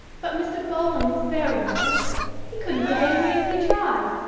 but mr. bowling is very nice he couldn't get angry if he tried.